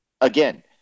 again